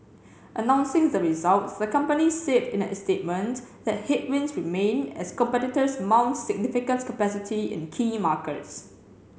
announcing the results the company said in a statement that headwinds remain as competitors mount significant capacity in key markets